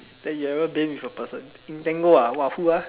that you ever been with a person in Tango ah !wah! who ah